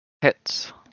Hits